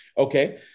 Okay